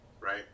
right